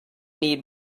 need